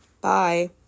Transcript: Bye